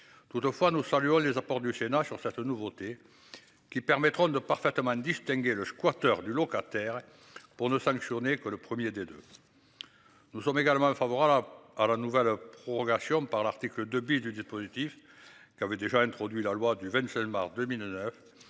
Toutefois, nous saluons les apports du Sénat sur cette nouveauté. Qui permettront de parfaitement distinguer le squatteur du locataire pour ne sanctionner que le 1er des 2. Nous sommes également favorables à à la nouvelle prorogation par l'article de but du dispositif. Qui avait déjà introduit la loi du 20 seule,